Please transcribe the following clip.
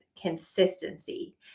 consistency